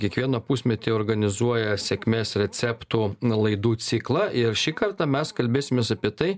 kiekvieną pusmetį organizuoja sėkmės receptų laidų ciklą ir šį kartą mes kalbėsimės apie tai